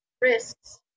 risks